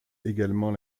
également